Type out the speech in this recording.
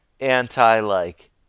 Anti-like